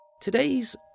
Today's